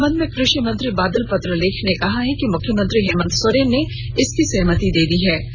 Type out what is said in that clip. इस संबंध में कृषि मंत्री बादल पत्रलेख ने कहा है कि मुख्यमंत्री हेमंत सोरेन ने इसकी सहमति दे दी है